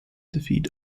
defeat